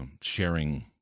sharing